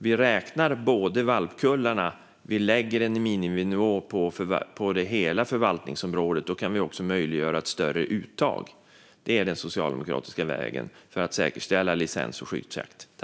Vi räknar valpkullarna och sätter en miniminivå för hela förvaltningsområdet. Då kan vi också möjliggöra ett större uttag. Det är den socialdemokratiska vägen för att säkerställa licens och skyddsjakt.